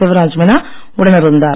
சிவராஜ் மினா உடன் இருந்தார்